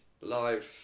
live